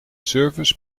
service